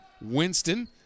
Winston